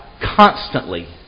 constantly